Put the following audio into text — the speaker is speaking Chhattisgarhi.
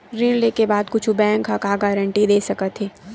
ऋण लेके बाद कुछु बैंक ह का गारेंटी दे सकत हे?